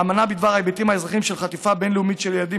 האמנה בדבר ההיבטים האזרחיים של חטיפה בין-לאומית של ילדים,